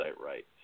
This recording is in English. right